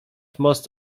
most